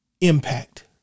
impact